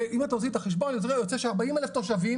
שאם אתם עושים את החשבון אז יוצא ש-40,000 תושבים,